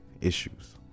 issues